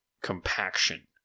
compaction